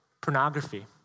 pornography